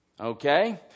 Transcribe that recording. Okay